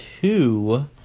two